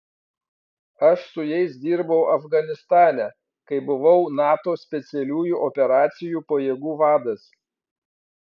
aš su jais dirbau afganistane kai buvau nato specialiųjų operacijų pajėgų vadas